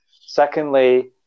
Secondly